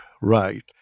right